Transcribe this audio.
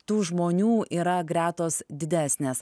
tų žmonių yra gretos didesnės